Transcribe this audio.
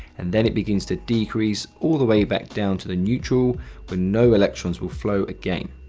and then it begins to decrease all the way back down to the neutral when no electrons will flow again.